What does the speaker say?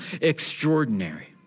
extraordinary